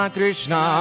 Krishna